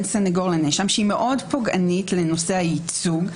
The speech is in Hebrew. הסנגור לנאשם שהיא מאוד פוגענית לנושא הייצוג,